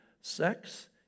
sex